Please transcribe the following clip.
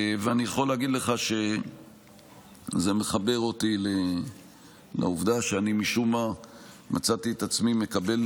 אני יכול להגיד לך שזה מחבר אותי לעובדה שמשום מה מצאתי את עצמי מקבל